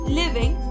living